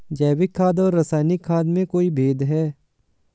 जैविक खाद और रासायनिक खाद में कोई भेद है?